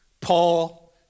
Paul